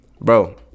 Bro